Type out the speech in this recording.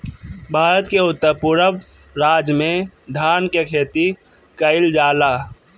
भारत के उत्तर पूरब राज में धान के खेती कईल जाला